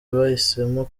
bahisemo